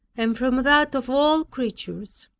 and from that of all creatures.